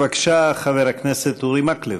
בבקשה, חבר הכנסת אורי מקלב,